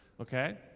okay